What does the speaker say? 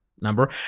number